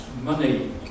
money